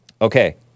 Okay